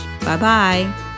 Bye-bye